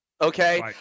Okay